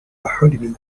حلمي